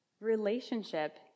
relationship